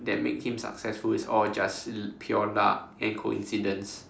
that makes him successful is all just pure luck and coincidence